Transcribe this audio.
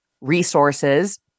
Resources